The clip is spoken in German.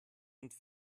und